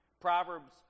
Proverbs